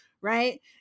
right